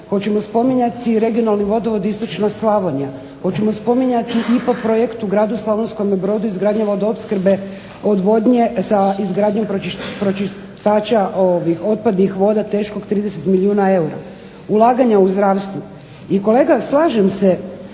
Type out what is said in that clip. Hoćemo spominjati regionalni vodovod Istočna Slavonija, hoćemo spominjati IPA projekt u gradu Slavonskome brodu, izgradnje vodoopskrbe odvodnje sa izgradnjom pročistača otpadnih voda teškog 30 milijuna eura, ulaganja u zdravstvu. I kolega slažem se,